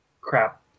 Crap